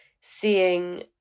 seeing